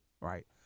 right